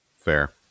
Fair